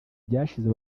byashize